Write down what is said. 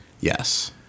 Yes